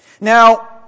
Now